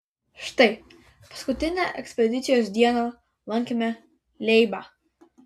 štai paskutinę ekspedicijos dieną lankėme leibą